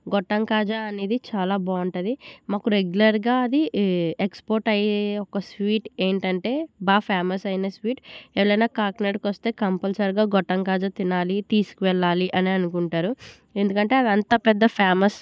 గొట్టం కాజా అనేది చాలా బాగుంటుంది మాకు రెగ్యులర్గా అది ఎక్స్పోర్ట్ అయ్యే ఒక స్వీట్ ఏంటంటే బాగా ఫేమస్ ఆయిన స్వీట్ ఎవరైన కాకినాడకు వస్తే కంపల్సరిగా గొట్టం కాజా తినాలి తీసుకు వెళ్ళాలి అనుకుంటారు ఎందుకంటే అది అంత పెద్ద ఫేమస్